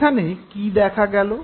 এখানে কী দেখা গেল